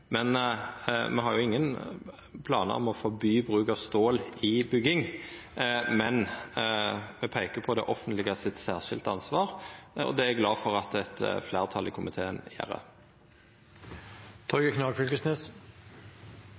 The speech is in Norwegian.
Men me har ingen planar om å forby bruk av stål i bygging. Me peikar likevel på det særskilte ansvaret som det offentlege har, og det er eg glad for at eit fleirtal i komiteen gjer. Ein liten kommentar til det